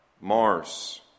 Mars